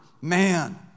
Man